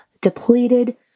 depleted